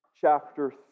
chapter